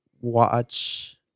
watch